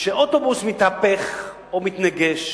כשאוטובוס מתהפך או מתנגש